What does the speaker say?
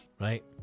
Right